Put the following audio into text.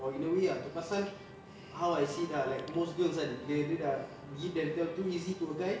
or in a way ah tu pasal how I see it ah like most girls kan bila dia dah give themselves too easy to a guy